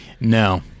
no